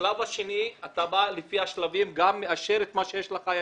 השלב השני אתה בא לפי השלבים ומאשר את הציוד הישן שיש אצלך.